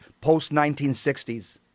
post-1960s